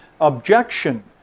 objection